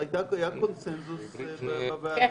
זו הייתה קריאת קונצנזוס בוועדה.